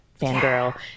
fangirl